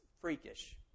freakish